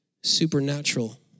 supernatural